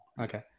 Okay